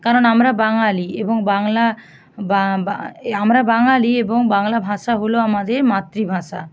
কারণ আমরা বাঙালি এবং বাংলা আমরা বাঙালি এবং বাংলা ভাষা হল আমাদের মাতৃভাষা